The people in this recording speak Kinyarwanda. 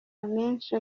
amenshi